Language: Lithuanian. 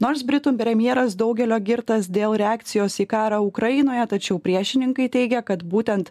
nors britų premjeras daugelio girtas dėl reakcijos į karą ukrainoje tačiau priešininkai teigia kad būtent